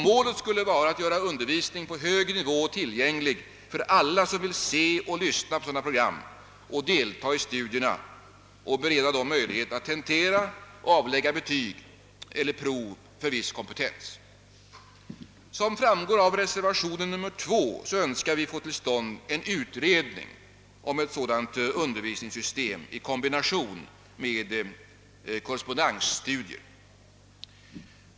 Målet skulle vara att göra undervisning på hög nivå tillgänglig för alla som vill se och lyssna på sådana program och delta i studierna samt bereda dem möjlighet att tentera och avlägga betyg eller prov för viss kompetens. Som framgår av reservation 2 önskar vi få till stånd en utredning om ett sådant undervisningssystem i kombination med korrespondensstudier.